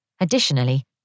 Additionally